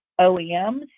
OEMs